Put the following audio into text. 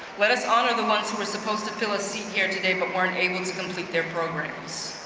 let us honor the ones who were supposed to fill a seat here today but weren't able to complete their programs.